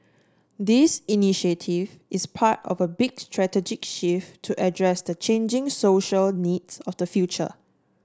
this initiative is part of a big strategic shift to address the changing social needs of the future